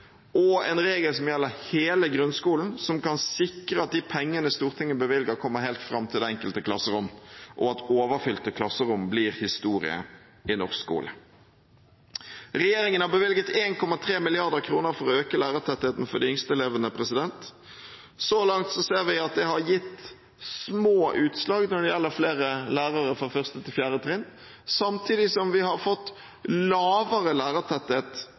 og en regel som gjelder hele grunnskolen, som kan sikre at de pengene Stortinget bevilger, kommer helt fram til det enkelte klasserommet, og at overfylte klasserom blir historie i norsk skole. Regjeringen har bevilget 1,3 mrd. kr for å øke lærertettheten for de yngste elevene. Så langt ser vi at det har gitt små utslag når det gjelder flere lærere for 1.–4. trinn, samtidig som vi har fått lavere lærertetthet